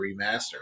remaster